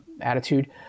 attitude